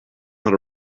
not